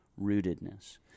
rootedness